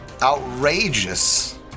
Outrageous